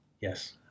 yes